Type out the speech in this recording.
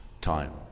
time